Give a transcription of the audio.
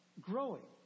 growing